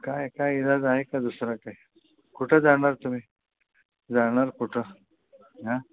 काय काय इलाज आहे का दुसरा काही कुठं जाणार तुम्ही जाणार कुठं अं